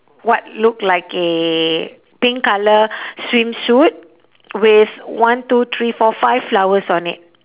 what look like a pink colour swimsuit with one two three four five flowers on it